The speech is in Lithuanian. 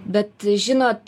bet žinot